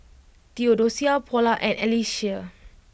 Theodocia Paula and Alysia